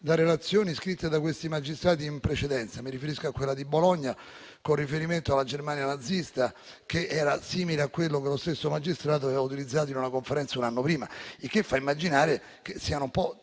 da relazioni scritte da questi magistrati in precedenza. Mi riferisco a quella di Bologna, con riferimento alla Germania nazista, che era simile a quella che lo stesso magistrato aveva utilizzato in una conferenza un anno prima. Ciò fa immaginare che siano tesi